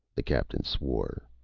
the captain swore.